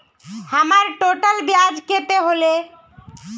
हमर टोटल ब्याज कते होले?